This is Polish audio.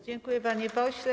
Dziękuję, panie pośle.